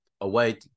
away –